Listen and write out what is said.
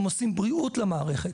הם עושים בריאות למערכת.